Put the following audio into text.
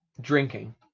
drinking